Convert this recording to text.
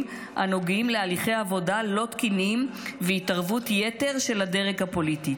הנוגעים להליכי עבודה לא תקינים והתערבות יתר של הדרג הפוליטי.